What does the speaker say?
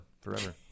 forever